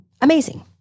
amazing